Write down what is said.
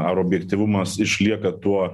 ar objektyvumas išlieka tuo